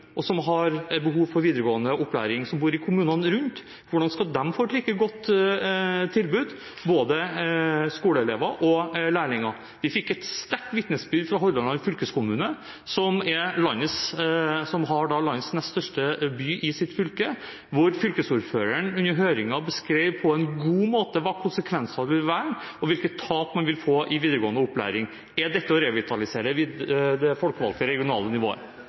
og som har behov for videregående opplæring, de som bor i kommunene rundt? Hvordan skal de få et like godt tilbud, både skoleelever og lærlinger? Vi fikk et sterkt vitnesbyrd fra Hordaland fylkeskommune, som har landets nest største by i sitt fylke, hvor fylkesordføreren under høringen beskrev på en god måte hva konsekvensene vil være, og hvilket tap man vil få i videregående opplæring. Er dette å revitalisere det folkevalgte regionale nivået?